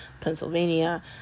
Pennsylvania